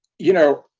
you know,